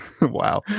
wow